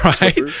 right